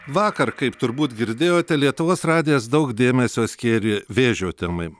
vakar kaip turbūt girdėjote lietuvos radijas daug dėmesio skyrė vėžio temai